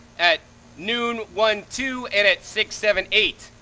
at noon, one, two, and at six, seven, eight,